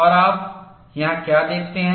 और आप यहाँ क्या देखते हैं